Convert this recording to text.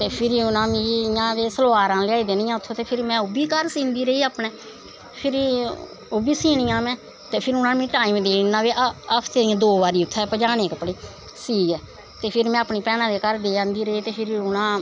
ते फिर उनैं मिगी इयां गै सलवारां लेआई देनियां उत्थां दा गै ते फिर में ओह् बी घऱ सींदी रेही अपनैं ते फिर ओह् बी सीनीयां नमें फिर उनां मिगी टाईम देई ओड़नां कि हफ्ते दे दो बारी पज़ानें कपड़े उत्थें सीऐ ते फिर में अपनी बैनां दे घर पज़ांदी रेही ते फिर उनां